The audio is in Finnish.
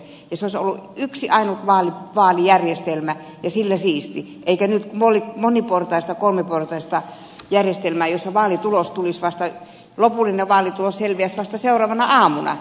silloin olisi ollut yksi ainut vaalijärjestelmä ja sillä siisti eikä olisi moniportaista kolmiportaista järjestelmää jossa lopullinen vaalitulos selviäisi vasta seuraavana aamuna